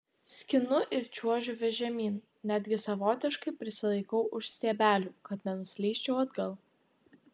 skinu ir čiuožiu vis žemyn netgi savotiškai prisilaikau už stiebelių kad nenuslysčiau atgal